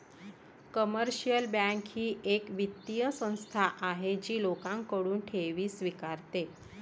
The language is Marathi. कमर्शियल बँक ही एक वित्तीय संस्था आहे जी लोकांकडून ठेवी स्वीकारते